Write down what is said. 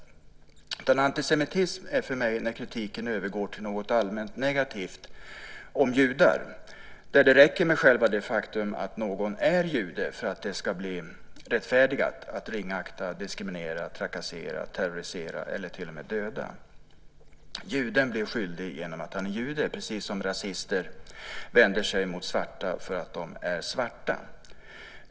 Antisemitism är för mig när kritiken övergår till något allmänt negativt om judar, där det räcker med själva det faktum att någon är jude för att det ska bli rättfärdigat att ringakta, diskriminera, trakassera, terrorisera eller till och med döda. Juden blir skyldig genom att han är jude, precis som när rasister vänder sig mot svarta för att de är svarta.